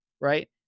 right